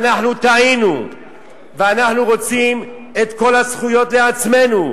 אנחנו טעינו ואנחנו רוצים את כל הזכויות לעצמנו,